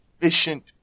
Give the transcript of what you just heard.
efficient